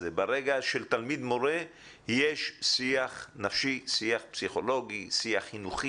יש שיח נפשי, שיח פסיכולוגי, שיח חינוכי.